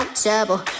trouble